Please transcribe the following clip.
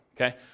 okay